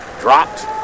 dropped